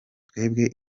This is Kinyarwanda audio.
twebwe